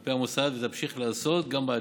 כלפי המוסד ותמשיך לעשות כך גם בעתיד.